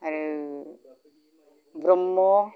आरो ब्रम्ह